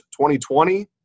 2020